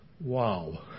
wow